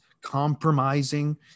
compromising